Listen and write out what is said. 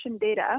data